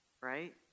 right